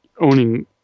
owning